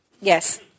Yes